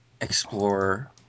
explore